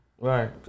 Right